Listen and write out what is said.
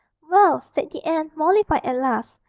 well, said the aunt, mollified at last,